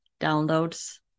downloads